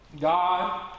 God